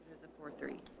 a four, three.